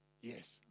yes